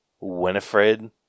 Winifred